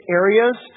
areas